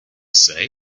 say